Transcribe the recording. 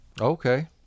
Okay